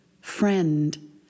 friend